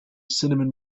cinnamon